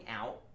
out